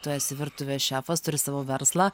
tu esi virtuvės šefas turi savo verslą